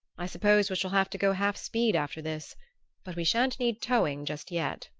i suppose we shall have to go half-speed after this but we shan't need towing just yet!